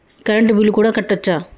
Current bill కూడా కట్టొచ్చా?